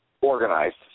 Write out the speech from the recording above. organized